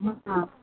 हाँ